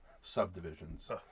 Subdivisions